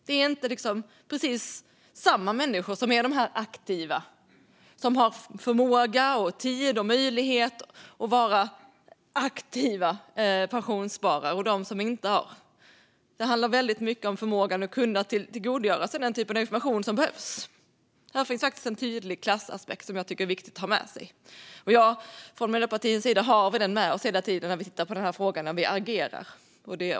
Det är inte alla människor som är aktiva och som har förmåga, tid och möjlighet att vara aktiva pensionssparare, utan det finns de som inte är det. Det handlar mycket om förmågan att kunna tillgodogöra sig den typ av information som behövs, och här finns en tydlig klassaspekt som jag tycker är viktig att ha med sig. I Miljöpartiet har vi den med oss hela tiden när vi tittar på denna fråga och när vi agerar.